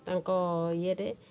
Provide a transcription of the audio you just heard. ତାଙ୍କ ଇଏରେ